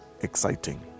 exciting